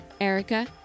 Erica